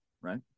right